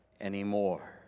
anymore